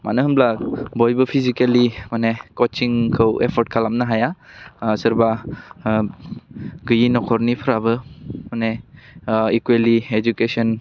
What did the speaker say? मानो होनब्ला बयबो फिजिकेलि माने कचिंखौ एफर्ट खालामनो हाया सोरबा गैयि नखरनिफ्राबो माने इकुएलि इजुकेशन